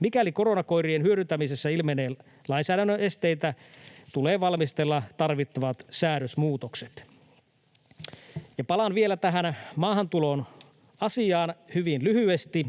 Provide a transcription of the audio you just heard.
Mikäli koronakoirien hyödyntämisessä ilmenee lainsäädännön esteitä, tulee valmistella tarvittavat säädösmuutokset. Palaan vielä maahantuloasiaan hyvin lyhyesti.